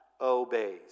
obeys